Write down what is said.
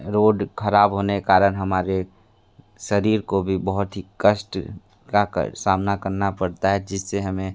road ख़राब होने कारण हमारे शरीर को भी बहुत ही कष्ट का कर सामना करना पड़ता है जिससे हमें